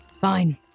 Fine